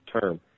term